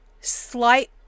slight